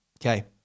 Okay